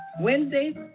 wednesdays